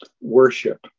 worship